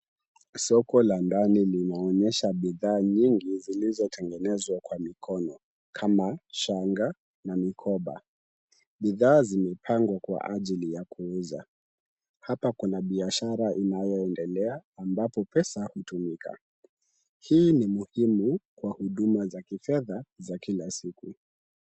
Soko la ndani linaonyesha bidhaa nyingi zilizotengenezwa kwa mikono kama shanga na mikoba. Bidhaa zimepangwa kwa ajili ya kuuza. Hapa kuna biashara inayoendelea ambapo pesa hutumika. Hii ni muhimu kwa huduma za kifedha za kila siku.